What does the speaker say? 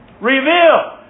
reveal